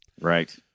Right